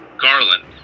Garland